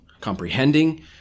comprehending